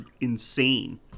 insane